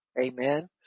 amen